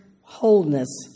wholeness